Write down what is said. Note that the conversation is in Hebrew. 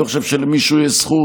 אני לא חושב שלמישהו יש זכות